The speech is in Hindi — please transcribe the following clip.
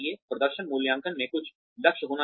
प्रदर्शन मूल्यांकन में कुछ लक्ष्य होने चाहिए